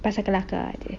pasal kelakar lah